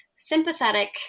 sympathetic